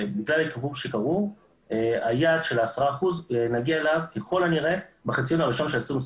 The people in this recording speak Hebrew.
והעיכובים שקרו נגיע ליעד של 10% בחציון הראשון של 2021,